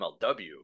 MLW